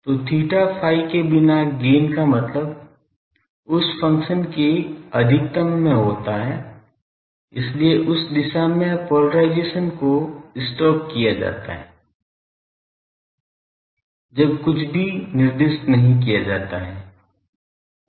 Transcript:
तो theta phi के बिना गैन का मतलब उस फ़ंक्शन के अधिकतम में होता है इसलिए उस दिशा में पोलराइजेशन को स्टॉक किया जाता है जब कुछ भी निर्दिष्ट नहीं किया जाता है